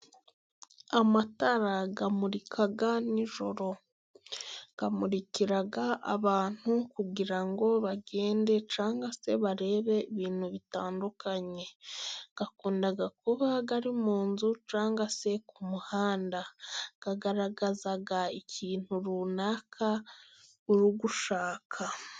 Amatara amurika nijoro, akamurikira abantu kugira ngo bagende cyangwa se barebe ibintu bitandukanye, akunda kuba ari mu nzu cyangwa se ku muhanda, agaragaza ikintu runaka uri gushaka.